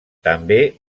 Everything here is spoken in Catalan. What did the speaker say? també